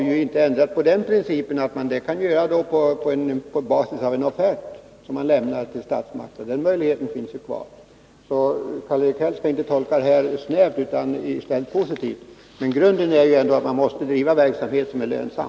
Vi har inte ändrat på principen att man kan göra det på basis av en offert som lämnas till statsmakterna. Den möjligheten finns alltså kvar. Karl-Erik Häll bör inte tolka utskottets skrivning snävt utan positivt. Men grundprincipen är att verksamheten måste vara lönsam.